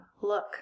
Look